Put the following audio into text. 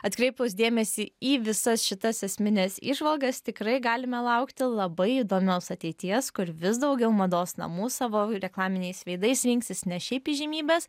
atkreipus dėmesį į visas šitas esmines įžvalgas tikrai galime laukti labai įdomios ateities kur vis daugiau mados namų savo reklaminiais veidais rinksis ne šiaip įžymybes